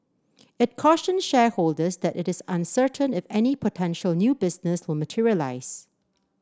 it cautioned shareholders that it is uncertain if any potential new business will materialise